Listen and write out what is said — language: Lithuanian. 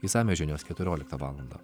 išsamios žinios keturioliktą valandą